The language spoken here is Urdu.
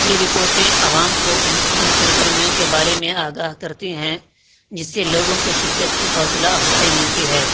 یہ رپوٹیں عوام کو ان ان سرگرمیوں کے بارے میں آگاہ کرتی ہیں جس سے لوگوں کو شرکت کی حوصلہ افزائی ملتی ہے